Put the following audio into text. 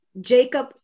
Jacob